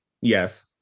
Yes